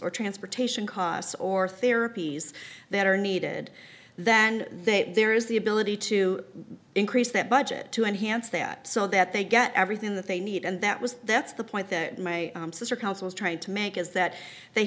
or track protection costs or therapies that are needed then there is the ability to increase that budget to enhance that so that they get everything that they need and that was that's the point that my sister counsel is trying to make is that they